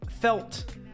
felt